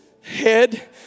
head